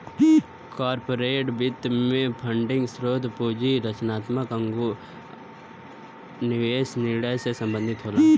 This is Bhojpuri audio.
कॉरपोरेट वित्त में फंडिंग स्रोत, पूंजी संरचना आुर निवेश निर्णय से संबंधित होला